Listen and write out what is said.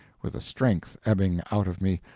with the strength ebbing out of me,